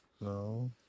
No